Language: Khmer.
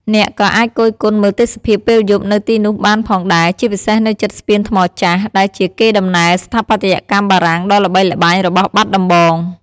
អ្នកក៏អាចគយគន់មើលទេសភាពពេលយប់នៅទីនោះបានផងដែរ ជាពិសេសនៅជិតស្ពានថ្មចាស់ ដែលជាកេរដំណែលស្ថាបត្យកម្មបារាំងដ៏ល្បីល្បាញរបស់បាត់ដំបង។